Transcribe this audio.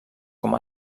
com